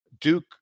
Duke